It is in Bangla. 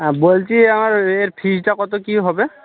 হ্যাঁ বলছি আমার এর ফিজটা কত কি হবে